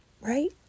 right